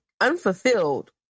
unfulfilled